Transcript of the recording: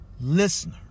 listener